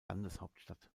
landeshauptstadt